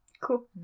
cool